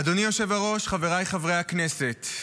אדוני היושב-ראש, חבריי חברי הכנסת,